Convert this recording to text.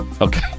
Okay